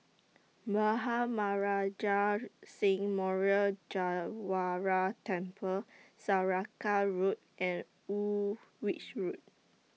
Bhai Maharaj Singh Memorial Gurdwara Temple Saraca Road and Woolwich Road